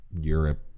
Europe